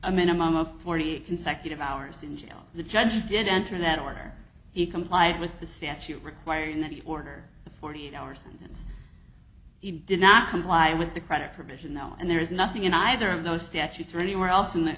a minimum of forty consecutive hours in jail the judge did enter that order he complied with the statute require in any order a forty eight hour sentence he did not comply with the credit provision now and there is nothing in either of those statutes or anywhere else in the